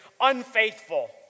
unfaithful